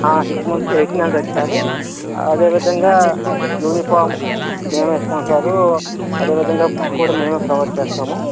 six మంత్స్కి eighteen hundred sir అదే విధంగా యూనిఫార్మ్ మేమే ఇస్తాము సారు అదే విధంగా బుక్స్ కూడా మేమే ప్రొవైడ్ చేస్తాము